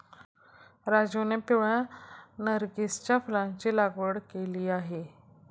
राजीवने पिवळ्या नर्गिसच्या फुलाची लागवड केली आहे